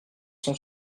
cent